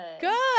Good